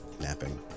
napping